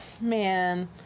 man